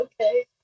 Okay